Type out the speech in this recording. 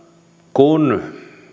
kun